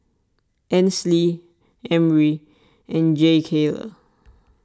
Ansley Emry and Jakayla